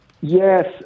Yes